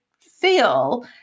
feel